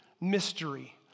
mystery